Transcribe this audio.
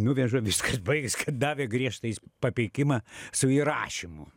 nuveža viskas baigės davė griežtą įsp papeikimą su įrašymu